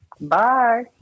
Bye